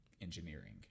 engineering